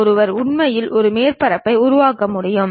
ஒருவர் உண்மையில் ஒரு மேற்பரப்பை உருவாக்க முடியும்